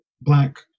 Black